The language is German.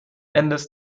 endes